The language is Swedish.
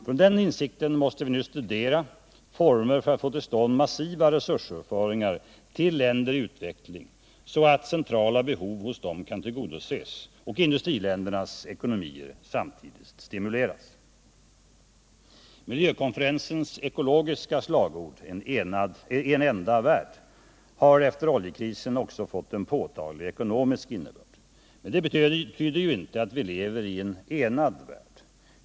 Från den insikten måste vi nu studera former för att få till stånd massiva resursöverföringar till länder i utveckling, så att centrala behov hos dem kan tillgodoses och industriländernas ekonomier samtidigt stimuleras. Miljökonferensens ekologiska slagord — ”en enda värld” — har efter oljekrisen också fått en påtaglig ekonomisk innebörd. Men det betyder ju inte att vi lever i en enad värld.